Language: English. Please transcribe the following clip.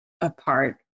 apart